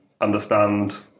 understand